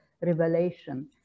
revelation